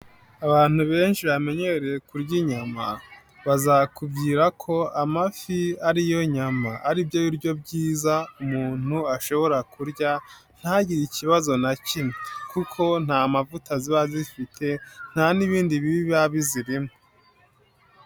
Abantu benshi bamenyereye kurya inyama bazakubwira ko amafi ari yo nyama, ari byo biryo byiza umuntu ashobora kurya ntagire ikibazo na kimwe kuko nta mavuta ziba zifite nta n'ibindi biba bizirimo.